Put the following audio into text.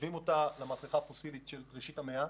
משווים אותה למהפכה הפוסילית של ראשית המאה.